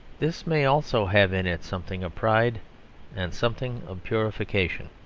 this may also have in it something of pride and something of purification.